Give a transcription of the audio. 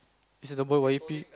is it the boy Y P